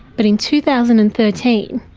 but in two thousand and thirteen,